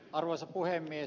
arvoisa puhemies